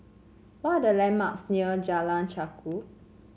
what are the landmarks near Jalan Chichau